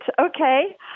Okay